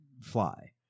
fly